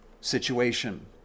situation